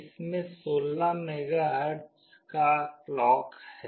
इसमें 16 मेगाहर्ट्ज का क्लॉक है